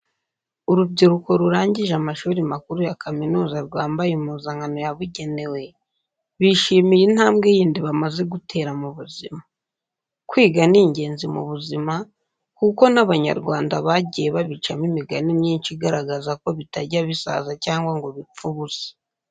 Urubyiruko rurangije amashuri makuru ya kaminuza rwambaye impuzankano yabugenewe, bishimiye intambwe yindi bamaze gutera mu buzima. Kwiga ni ingenzi mu buzima kuko n'Abanyarwanda bagiye babicamo imigani myinshi igaragaza ko bitajya bisaza cyangwa ngo bipfe ubusa.